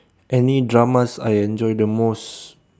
any dramas I enjoy the most